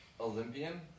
Olympian